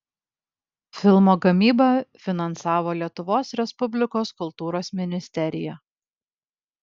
filmo gamybą finansavo lietuvos respublikos kultūros ministerija